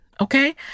okay